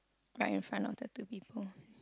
right in front of the two people